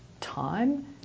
time